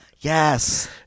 Yes